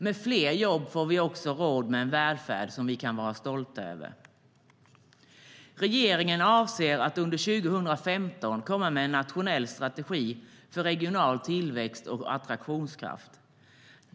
Med fler jobb får vi också råd med en välfärd som vi kan vara stolta över. Regeringen avser att under 2015 komma med en nationell strategi för regional tillväxt och attraktionskraft.